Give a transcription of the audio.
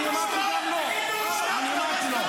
שתוק ושב.